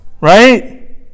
right